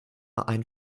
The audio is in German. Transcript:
ein